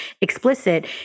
explicit